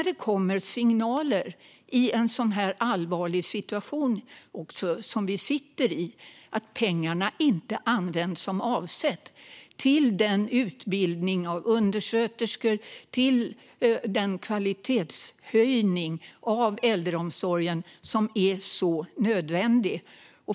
Det kommer signaler i den allvarliga situation som vi sitter i att pengarna inte använts som avsett till den utbildning av undersköterskor och den kvalitetshöjning av äldreomsorgen som är så nödvändig.